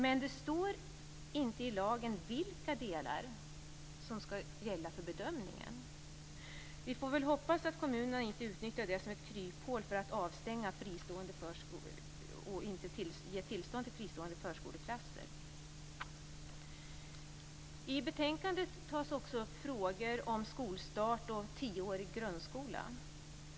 Men det står inte i lagen vilka delar som skall gälla för bedömningen. Vi får väl hoppas att inte kommunerna utnyttjar det som ett kryphål för att avstänga och inte ge tillstånd till fristående förskoleklasser. I betänkandet tas också frågor om skolstart och tioårig grundskola upp.